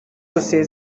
dosiye